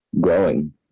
growing